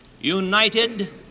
united